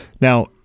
Now